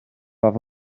fath